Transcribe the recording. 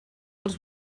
els